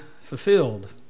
fulfilled